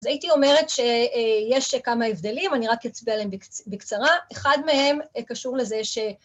‫אז הייתי אומרת שיש כמה הבדלים, ‫אני רק אצביע להם בקצרה. ‫אחד מהם קשור לזה ש...